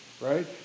right